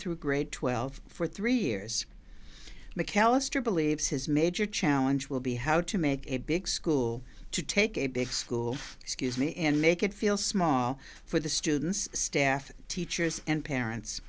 through grade twelve for three years mcallister believes his major challenge will be how to make it big school to take a big school excuse me and make it feel small for the students staff teachers and parents